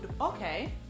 Okay